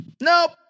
Nope